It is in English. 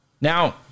Now